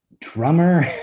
drummer